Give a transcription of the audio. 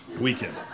weekend